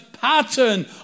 pattern